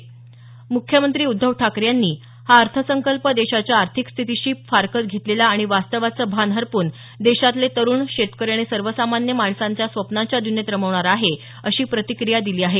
म्ख्यमंत्री उद्धव ठाकरे यांनी हा अर्थसंकल्प देशाच्या आर्थिक स्थितीशी फारकत घेतलेला आणि वास्तवाचं भान हरपून देशातले तरुण शेतकरी आणि सर्वसामान्य माणसांना स्वप्नांच्या द्नियेत रमवणारा आहे अशी प्रतिक्रिया दिली आहे